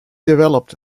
developed